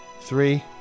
Three